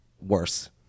worse